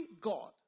God